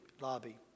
lobby